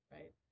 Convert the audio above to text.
Right